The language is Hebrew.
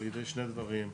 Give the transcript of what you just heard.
על ידי שני דברים,